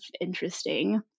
interesting